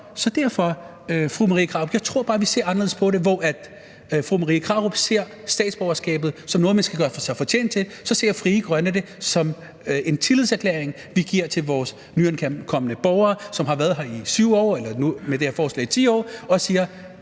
Derfor, fru Marie Krarup, tror jeg bare, vi ser anderledes på det. Hvor fru Marie Krarup ser statsborgerskabet som noget, man skal gøre sig fortjent til, ser Frie Grønne det som en tillidserklæring, vi giver til vores nyankomne borgere, som har været her i 7 år – eller nu med det her forslag i 10 år – og siger: